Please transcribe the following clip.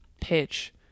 pitch